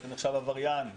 אתה נחשב עבריין.